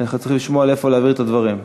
אנחנו צריכים לשמוע לאיפה להעביר את הדברים.